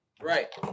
right